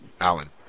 Alan